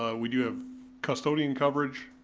ah we do have custodian coverage,